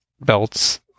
belts